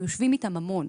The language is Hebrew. אנחנו יושבים איתם המון.